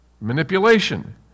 manipulation